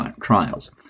trials